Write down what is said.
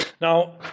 Now